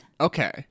okay